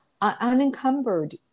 unencumbered